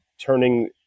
turning